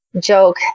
joke